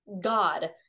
god